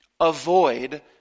Avoid